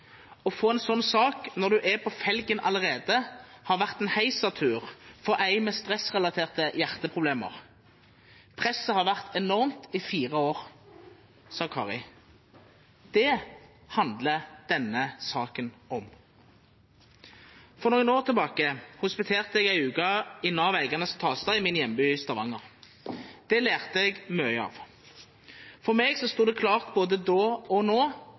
Å få en sånn sak når du er på felgen allerede, har vært en heisatur for en med stressrelaterte hjerteproblemer. Presset har vært enormt i fire år. Det handler denne saken om. For noen år siden hospiterte jeg en uke i Nav Eiganes og Tasta i min hjemby Stavanger. Det lærte jeg mye av. For meg sto det klart både da og nå